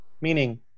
meaning